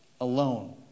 alone